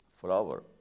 flower